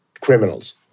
criminals